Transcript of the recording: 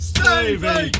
Stevie